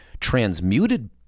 transmuted